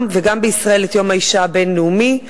וגם בישראל את יום האשה הבין-לאומי.